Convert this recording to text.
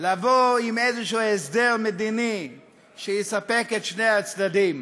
לבוא עם איזשהו הסדר מדיני שיספק את שני הצדדים,